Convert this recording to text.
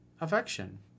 affection